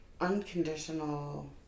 unconditional